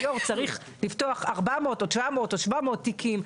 יו"ר צריך לפתור 400 או 700 אם 900 תיקים,